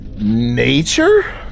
Nature